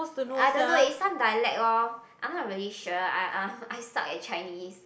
I don't know it's some dialect orh I'm not really sure I I suck at Chinese